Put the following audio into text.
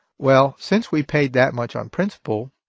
well, since we paid that much on principal,